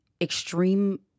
extreme